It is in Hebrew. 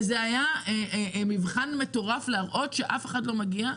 זה היה מבחן מטורף להראות שאף אחד לא מגיע,